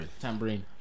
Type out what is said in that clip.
Tambourine